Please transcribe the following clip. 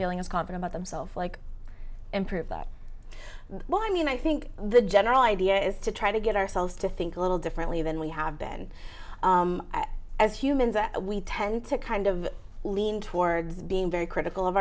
feeling as convert about themselves like improve that well i mean i think the general idea is to try to get ourselves to think a little differently than we have been as humans we tend to kind of lean towards being very critical of